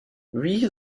wie